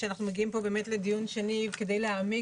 אנחנו מגיעים פה לדיון שני כדי להעמיק.